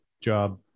job